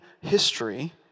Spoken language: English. history